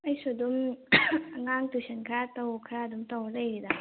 ꯑꯩꯁꯨ ꯑꯗꯨꯝ ꯑꯉꯥꯡ ꯇꯨꯏꯁꯟ ꯈꯔ ꯇꯧ ꯈꯔ ꯑꯗꯨꯝ ꯇꯧꯔꯒ ꯂꯩꯔꯤꯗ